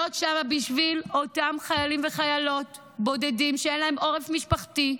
להיות שם בשביל אותם חיילים וחיילות בודדים שאין להם עורף משפחתי,